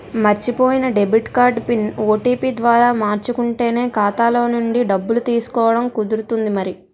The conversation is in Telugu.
మర్చిపోయిన డెబిట్ కార్డు పిన్, ఓ.టి.పి ద్వారా మార్చుకుంటేనే ఖాతాలో నుండి డబ్బులు తీసుకోవడం కుదురుతుంది మరి